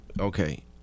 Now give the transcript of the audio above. okay